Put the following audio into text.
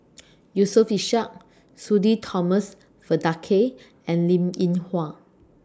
Yusof Ishak Sudhir Thomas Vadaketh and Linn in Hua